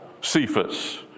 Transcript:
Cephas